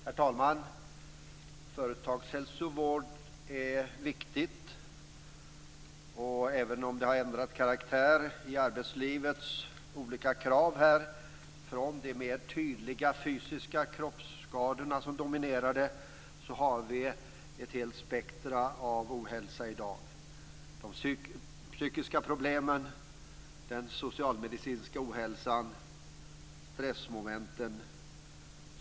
Herr talman! Företagshälsovård är viktigt även om arbetslivets olika krav har ändrat karaktär. Vi har gått från de mer tydliga kroppsskadorna som tidigare dominerade till att vi i dag har ett helt spektrum av ohälsa: de psykiska problemen, den socialmedicinska ohälsan och stressmomenten.